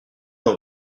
dans